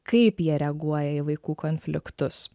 kaip jie reaguoja į vaikų konfliktus